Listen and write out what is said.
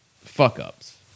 fuck-ups